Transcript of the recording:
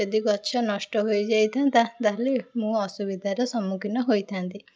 ଯଦି ଗଛ ନଷ୍ଟ ହୋଇଯାଇଥାନ୍ତା ତା'ହେଲେ ମୁଁ ଅସୁବିଧାର ସମ୍ମୁଖୀନ ହୋଇଥାନ୍ତି